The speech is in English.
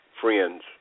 friends